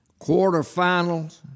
Quarterfinals